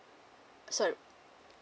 sorry